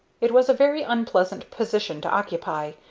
it was a very unpleasant position to occupy,